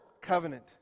covenant